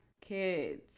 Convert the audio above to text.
kids